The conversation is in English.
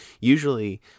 usually